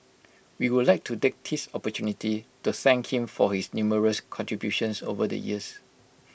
we would like to take this opportunity to thank him for his numerous contributions over the years